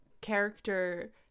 character